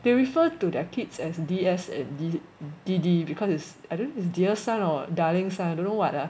they refer to their kids as d s and d d because it's I don't is it dear son or darling son I don't know what ah